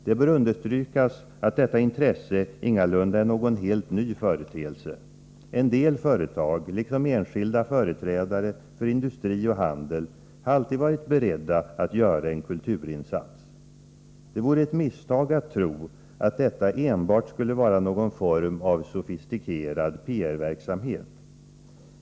Det bör understrykas att detta intresse ingalunda är någon helt ny företeelse. En del företag liksom enskilda företrädare för industri och handel har alltid varit beredda att göra en kulturinsats. Det vore ett misstag att tro att detta enbart skulle vara någon form av sofistikerad PR-verksamhet.